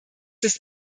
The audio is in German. ist